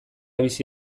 bizi